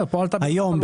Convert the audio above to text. היום,